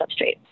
substrate